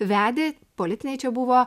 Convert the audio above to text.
vedė politiniai čia buvo